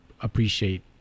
appreciate